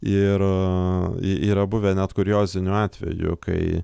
ir yra buvę net kuriozinių atvejų kai